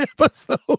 episode